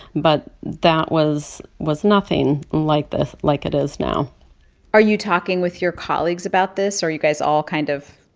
but that was was nothing like this like it is now are you talking with your colleagues about this? are you guys all kind of.